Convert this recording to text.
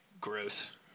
gross